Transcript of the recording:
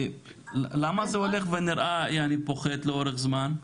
למה זה הולך ופוחת לאורך זמן?